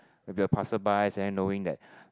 with the passerby and then knowing that